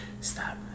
Stop